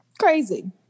Crazy